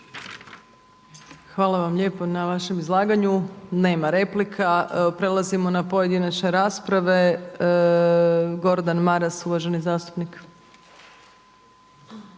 Hvala vam lijepa na vašem izlaganju. Nema replika. Prelazimo na pojedinačne rasprave. Gordan Maras, uvaženi zastupnik.